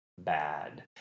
bad